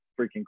freaking